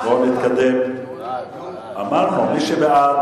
מי שבעד,